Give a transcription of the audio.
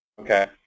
Okay